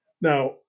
Now